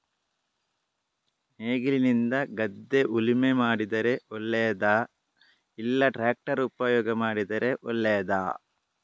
ನೇಗಿಲಿನಿಂದ ಗದ್ದೆ ಉಳುಮೆ ಮಾಡಿದರೆ ಒಳ್ಳೆಯದಾ ಇಲ್ಲ ಟ್ರ್ಯಾಕ್ಟರ್ ಉಪಯೋಗ ಮಾಡಿದರೆ ಒಳ್ಳೆಯದಾ?